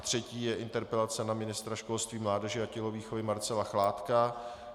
Třetí je interpelace na ministra školství, mládeže a tělovýchovy Marcela Chládka.